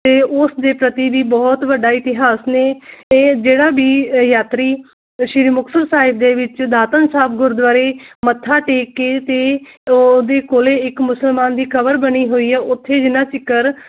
ਤੇ ਉਸ ਦੇ ਪ੍ਹਤੀ ਵੀ ਬਹੁਤ ਵੱਡਾ ਇਤਿਹਾਸ ਨੇ ਇਹ ਜਿਹੜਾ ਵੀ ਯਾਤਰੀ ਸ਼੍ਰੀ ਮੁਕਤਸਰ ਸਾਹਿਬ ਦੇ ਵਿੱਚ ਦਾਤਾਨ ਸਾਹਿਬ ਗੁਰਦੁਆਰੇ ਮੱਥਾ ਟੇਕ ਕੇ ਤੇ ਉਹਦੀ ਕੋਲੇ ਇੱਕ ਮੁਸਲਮਾਨ ਦੀ ਖਬਰ ਬਣੀ ਹੋਈ ਹੈ ਉੱਥੇ ਜਿਹਨਾਂ ਚਿਕਰ